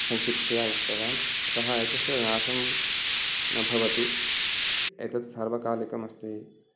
संक्षिप्ततया उक्तवान् अतः एतस्य नाशं न भवति एतत् सर्वकालिकम् अस्ति